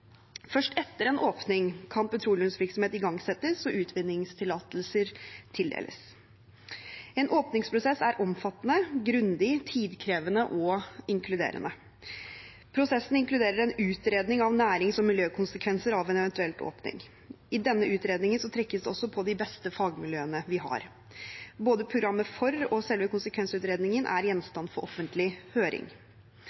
Først etter en åpning kan petroleumsvirksomhet igangsettes og utvinningstillatelser tildeles. En åpningsprosess er omfattende, grundig, tidkrevende og inkluderende. Prosessen inkluderer en utredning av nærings- og miljøkonsekvenser av en eventuell åpning. I denne utredningen trekkes det også på de beste fagmiljøene vi har. Både programmet for og selve konsekvensutredningen er